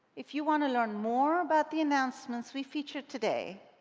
if you want to learn more about the announcements we featured today